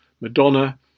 Madonna